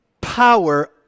power